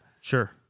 Sure